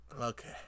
Okay